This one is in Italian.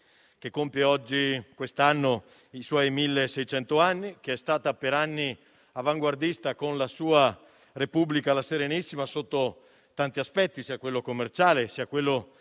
che compie quest'anno i suoi milleseicento anni, che è stata per anni all'avanguardia con la sua Repubblica, la Serenissima, sotto tanti aspetti, sia quello commerciale che quello